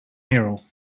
merrill